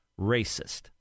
racist